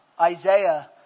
Isaiah